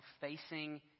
facing